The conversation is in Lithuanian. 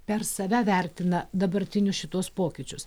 per save vertina dabartinius šituos pokyčius